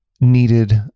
needed